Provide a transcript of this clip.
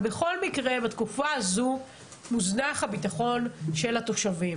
בכל מקרה בתקופה הזו מוזנח הביטחון של התושבים